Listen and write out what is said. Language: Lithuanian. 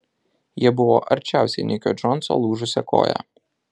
jie buvo arčiausiai nikio džonso lūžusia koja